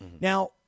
Now